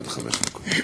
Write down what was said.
עד חמש דקות.